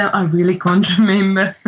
i really can't remember.